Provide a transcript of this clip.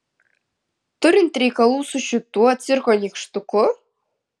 turint reikalų su šituo cirko nykštuku